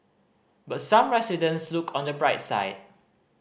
but some residents look on the bright side